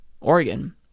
Oregon